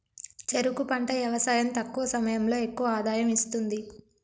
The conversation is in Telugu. చెరుకు పంట యవసాయం తక్కువ సమయంలో ఎక్కువ ఆదాయం ఇస్తుంది